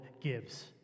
gives